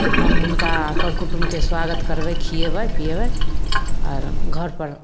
हम हुनका कऽर कुटुम्बके स्वागत करबै खियेबै पियेबै आओर घरपर